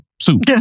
soup